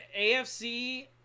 AFC